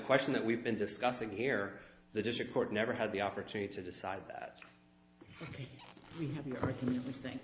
question that we've been discussing here the district court never had the opportunity to decide that we have th